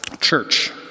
church